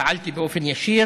פעלתי באופן ישיר